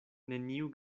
neniu